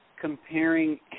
comparing